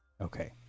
Okay